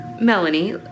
Melanie